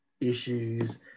issues